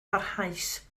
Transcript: barhaus